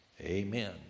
Amen